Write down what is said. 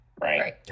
Right